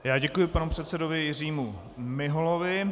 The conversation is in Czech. Já děkuji panu předsedovi Jiřímu Miholovi.